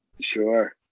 sure